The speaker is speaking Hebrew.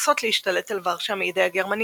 לנסות להשתלט על ורשה מידי הגרמנים